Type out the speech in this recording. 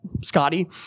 Scotty